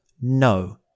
No